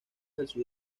propios